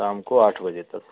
शाम को आठ बजे तक